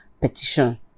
petition